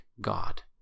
God